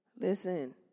Listen